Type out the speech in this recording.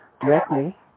directly